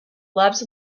loves